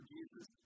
Jesus